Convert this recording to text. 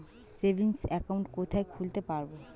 Savings account কোথায় খুলতে পারব?